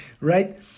Right